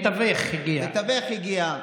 מתווך הגיע.